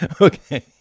Okay